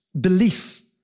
belief